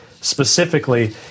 specifically